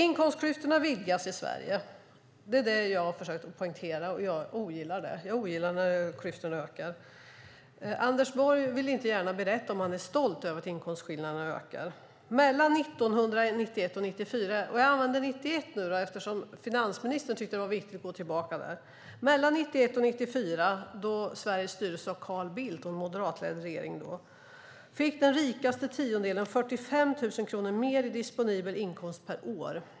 Inkomstklyftorna vidgas i Sverige. Det har jag försökt att poängtera, och jag ogillar det. Jag ogillar när klyftorna ökar. Anders Borg vill inte gärna berätta om han är stolt över att inkomstskillnaderna ökar. Mellan 1991 och 1994 - och jag använder 1991 eftersom finansministern tyckte att det var viktigt att gå tillbaka - styrdes Sverige av Carl Bildt och en moderatledd regering. Då fick den rikaste tiondelen 45 000 kronor mer i disponibel inkomst per år.